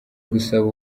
gusaba